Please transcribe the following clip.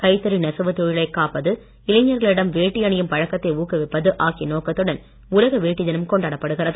கைத்தறி நெசவுத் தொழிலை காப்பது இளைஞர்களிடம் வேட்டி அணியும் பழக்கத்தை ஊக்குவிப்பது ஆகிய நோக்கத்துடன் உலக வேட்டி தினம் கொண்டாடப்படுகிறது